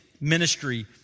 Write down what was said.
ministry